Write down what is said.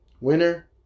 Winner